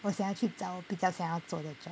我想要去找比较想要做的 job